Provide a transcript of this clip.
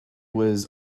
was